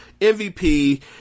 MVP